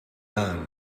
man